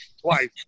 twice